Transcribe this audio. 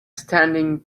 standing